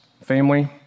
family